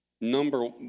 number